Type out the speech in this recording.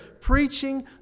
preaching